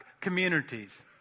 communities